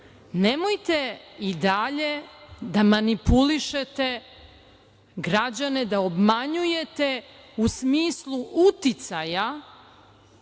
nemojte i dalje da manipulišete, građane da obmanjujete u smislu uticaja,